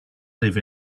live